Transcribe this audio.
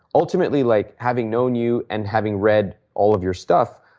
ultimately, like having known you and having read all of your stuff,